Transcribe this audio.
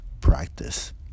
practice